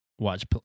watch